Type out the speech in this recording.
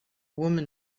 woman